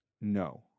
No